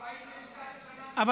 42 שנה אני איתם ביחד.